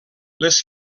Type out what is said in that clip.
les